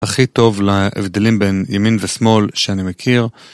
הכי טוב להבדלים בין ימין ושמאל שאני מכיר.